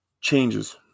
changes